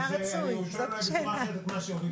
מה הרצוי?